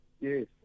Yes